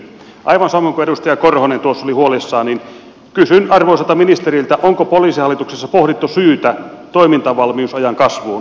aivan samoin kuin edustaja korhonen tuossa oli huolissaan niin kysyn arvoisalta ministeriltä onko poliisihallituksessa pohdittu syytä toimintavalmiusajan kasvuun